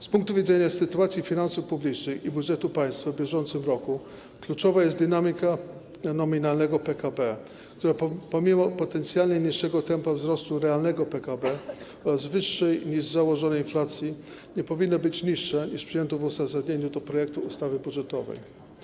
Z punktu widzenia sytuacji finansów publicznych i budżetu państwa w bieżącym roku kluczowa jest dynamika nominalnego PKB, która pomimo potencjalnie niższego tempa wzrostu realnego PKB oraz inflacji wyższej niż założona nie powinna być niższa niż przyjęto w uzasadnieniu projektu ustawy budżetowej.